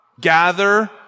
gather